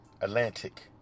Atlantic